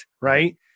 right